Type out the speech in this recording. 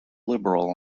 liberal